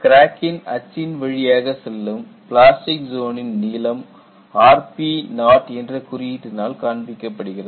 கிராக்கின் அச்சின் வழியாக செல்லும் பிளாஸ்டிக் ஜோனின் நீளம் rpo என்ற குறியீட்டினால் காண்பிக்கப்படுகிறது